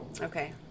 Okay